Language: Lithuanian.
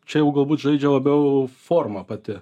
čia jau galbūt žaidžia labiau forma pati